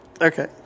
Okay